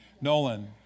Nolan